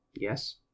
Yes